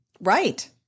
right